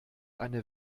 eine